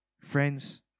Friends